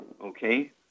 okay